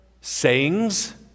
sayings